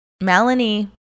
Melanie